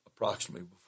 approximately